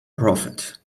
profit